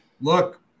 look